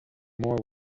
more